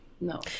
no